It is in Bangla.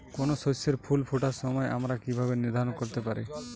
কোনো শস্যের ফুল ফোটার সময় আমরা কীভাবে নির্ধারন করতে পারি?